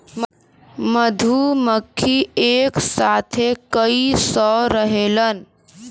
मधुमक्खी एक साथे कई सौ रहेलन